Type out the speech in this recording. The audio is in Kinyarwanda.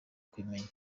kwimenya